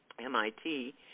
MIT